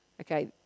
Okay